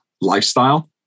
lifestyle